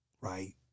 right